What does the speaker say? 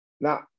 now